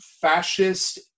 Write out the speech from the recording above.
fascist